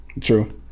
True